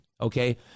Okay